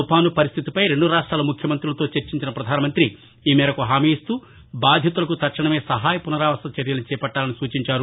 తుపాను పరిస్లితిపై రెండు రాష్టాల ముఖ్యమంతులతో చర్చించిన పధానమంతి ఈ మేరకు హామీఇస్తా బాధితులకు తక్షణమే సహాయపునరావాస చర్యలను చేపట్లాలని సూచించారు